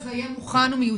מתי זה יהיה מוכן ומיושם?